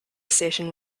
station